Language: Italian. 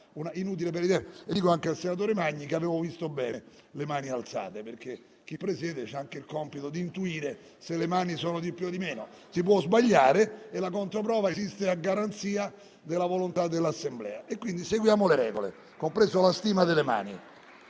Dico inoltre al senatore Magni che avevo visto bene le mani alzate, perché chi presiede ha anche il compito di intuire quali voti sono di più e quali di meno; si può sbagliare e la controprova esiste a garanzia della volontà dell'Assemblea. Quindi seguiamo le regole, compresa la stima delle mani